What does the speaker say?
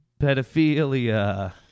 pedophilia